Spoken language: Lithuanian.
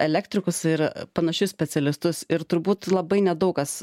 elektrikus ir panašius specialistus ir turbūt labai nedaug kas